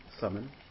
summon